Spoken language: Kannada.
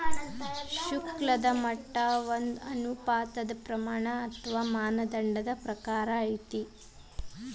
ಶುಲ್ಕದ ಮಟ್ಟ ಒಂದ ಅನುಪಾತದ್ ಪ್ರಮಾಣ ಅಥವಾ ಮಾನದಂಡದ ಪ್ರಕಾರ ನಿಗದಿಪಡಿಸಿದ್ ಶುಲ್ಕ ಪಾವತಿ ಇಲ್ಲಾ ಬೆಲೆಯಾಗಿರ್ತದ